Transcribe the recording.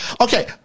okay